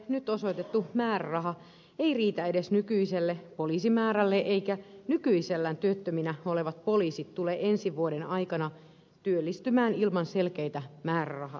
poliisitoimelle nyt osoitettu määräraha ei riitä edes nykyiselle poliisimäärälle eivätkä nykyisellään työttöminä olevat poliisit tule ensi vuoden aikana työllistymään ilman selkeitä määrärahalisäyksiä